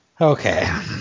Okay